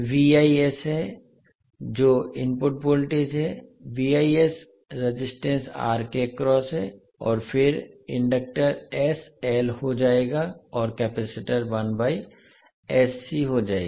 यह है जो इनपुट वोल्टेज है रेजिस्टेंस R के अक्रॉस है और फिर इंडक्टर हो जाएगा और केपेसिटंस हो जाएगी